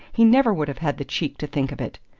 he never would have had the cheek to think of it.